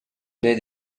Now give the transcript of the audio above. need